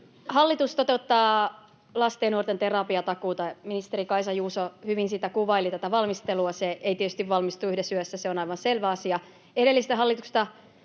Hallitus toteuttaa lasten ja nuorten terapiatakuuta. Ministeri Kaisa Juuso hyvin kuvaili tätä valmistelua. Se ei tietysti valmistu yhdessä yössä, se on aivan selvä asia. Edellistä hallitusta